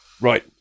right